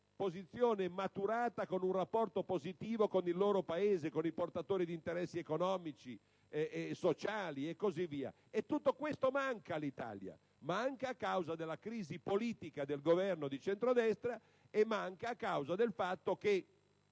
posizione è maturata con un rapporto positivo con il loro Paese e con i portatori di interessi economici e sociali. Tutto questo manca all'Italia, a causa della crisi politica del Governo di centrodestra e a causa del fatto che